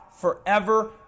forever